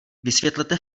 vysvětlete